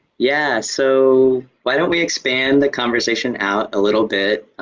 yeah so why don't we expand the conversation out a little bit.